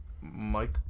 Mike